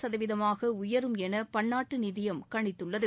சதவீதமாக உயரும் என பன்னாட்டு நிதியம் கணித்துள்ளது